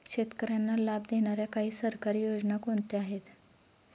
शेतकऱ्यांना लाभ देणाऱ्या काही सरकारी योजना कोणत्या आहेत?